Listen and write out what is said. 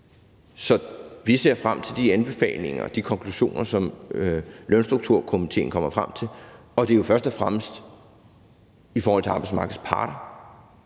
Så vi ser frem til de anbefalinger og de konklusioner, som lønstrukturkomitéen kommer frem til, og det er jo først og fremmest arbejdsmarkedets parter,